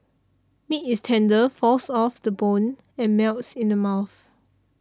meat is tender falls off the bone and melts in the mouth